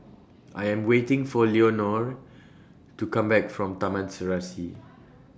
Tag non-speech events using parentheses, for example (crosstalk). I Am waiting For Leonore to Come Back from Taman Serasi (noise)